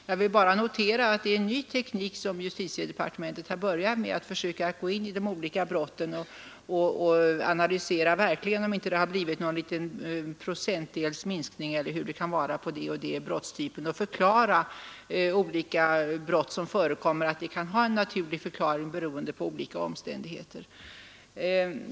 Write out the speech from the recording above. Jag vill bara notera att det är en ny teknik som justitiedepartementet har börjat med att försöka gå in i de olika brotten och verkligen analysera om det inte har blivit någon liten procentdels minskning eller hur det kan vara i fråga om den eller den brottstypen och förklara att olika brott som förekommer kan ha en naturlig förklaring beroende på olika omständigheter.